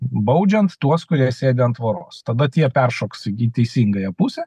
baudžiant tuos kurie sėdi ant tvoros tada tie peršoks į teisingąją pusę